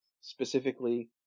specifically